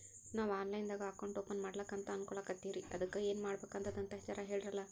ನಾವು online ದಾಗ account open ಮಾಡ್ಲಕಂತ ಅನ್ಕೋಲತ್ತೀವ್ರಿ ಅದಕ್ಕ ಏನ ಮಾಡಬಕಾತದಂತ ಜರ ಹೇಳ್ರಲ?